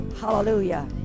Hallelujah